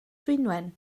dwynwen